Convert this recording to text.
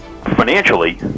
financially